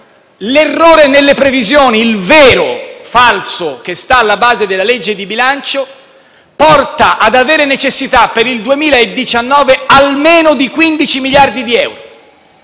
l'errore nelle previsioni, il vero falso che sta alla base della legge di bilancio, porta ad avere necessità per il 2019 di almeno 15 miliardi di euro.